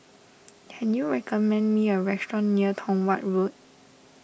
can you recommend me a restaurant near Tong Watt Road